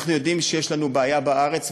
אנחנו יודעים שיש לנו בעיה בארץ,